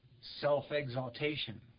self-exaltation